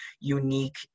unique